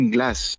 Glass